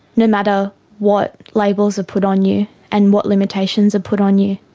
no matter what labels are put on you and what limitations are put on you.